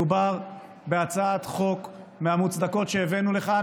מדובר בהצעת חוק מהמוצדקות שהבאנו לכאן.